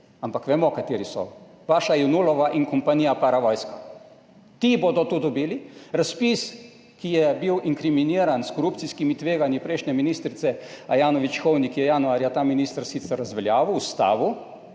ampak vemo, katera so, vaša, Jenullova kompanija, paravojska, ti bodo to dobili. Razpis, ki je bil inkriminiran s korupcijskimi tveganji prejšnje ministrice Ajanović Hovnik, je januarja ta minister sicer razveljavil, ustavil,